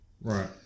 Right